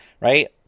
Right